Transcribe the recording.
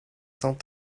cent